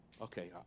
Okay